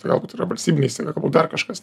tai galbūt yra valstybinė įstaiga dar kažkas